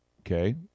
okay